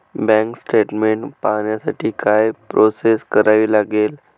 Bank statement पाहण्यासाठी काय process करावी लागेल?